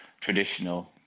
traditional